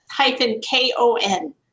K-O-N